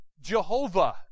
Jehovah